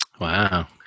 Wow